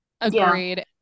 Agreed